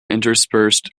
interspersed